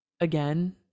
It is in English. Again